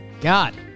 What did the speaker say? God